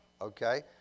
okay